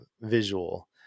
visual